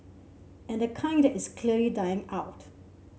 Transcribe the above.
and the kind that is clearly dying out